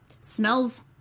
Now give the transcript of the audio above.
smells